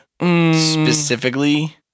Specifically